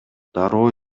дароо